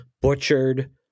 butchered